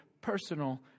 personal